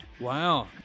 Wow